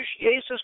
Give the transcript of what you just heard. Jesus